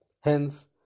hence